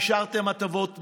אישרתם הטבות מס,